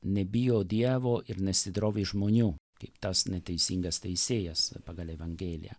nebijo dievo ir nesidrovi žmonių kaip tas neteisingas teisėjas pagal evangeliją